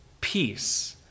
peace